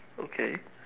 okay